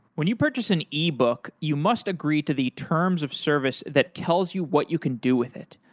when you purchase an ebook, you must agree to the terms of service that tells you what you can do with it.